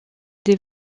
des